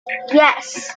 yes